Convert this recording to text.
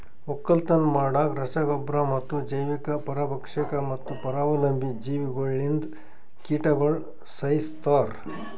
ಒಕ್ಕಲತನ ಮಾಡಾಗ್ ರಸ ಗೊಬ್ಬರ ಮತ್ತ ಜೈವಿಕ, ಪರಭಕ್ಷಕ ಮತ್ತ ಪರಾವಲಂಬಿ ಜೀವಿಗೊಳ್ಲಿಂದ್ ಕೀಟಗೊಳ್ ಸೈಸ್ತಾರ್